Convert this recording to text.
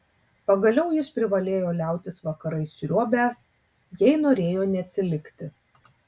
pagaliau jis privalėjo liautis vakarais sriuobęs jei norėjo neatsilikti